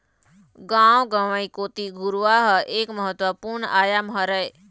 गाँव गंवई कोती घुरूवा ह एक महत्वपूर्न आयाम हरय